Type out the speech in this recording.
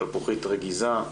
שלפוחית רגיזה,